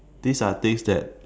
these are things that